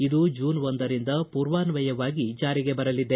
ಇದು ಜೂನ್ ಒಂದರಿಂದ ಪೂರ್ವಾನ್ವಯವಾಗಿ ಜಾರಿಗೆ ಬರಲಿದೆ